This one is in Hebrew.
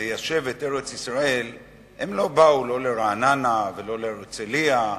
ליישב את ארץ-ישראל באו לא לרעננה ולא להרצלייה,